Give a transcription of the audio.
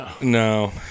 No